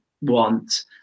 want